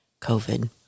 COVID